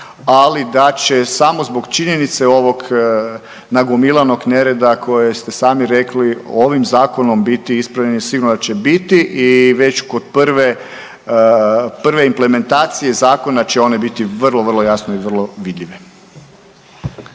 ali da će samo zbog činjenice ovog nagomilanog nereda koje ste sami rekli ovim zakonom biti ispravljeni sigurno da će biti i već kod prve implementacije zakona će one biti vrlo, vrlo jasno i vrlo vidljive.